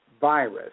virus